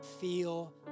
feel